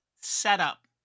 setup